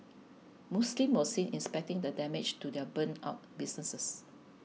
Muslims were seen inspecting the damage to their burnt out businesses